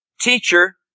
teacher